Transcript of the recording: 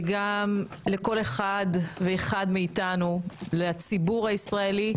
וגם לכל אחד ואחד מאיתנו, לציבור הישראלי,